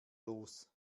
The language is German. los